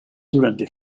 durante